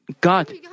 God